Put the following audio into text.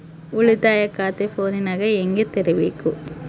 ಉಳಿತಾಯ ಖಾತೆ ಫೋನಿನಾಗ ಹೆಂಗ ತೆರಿಬೇಕು?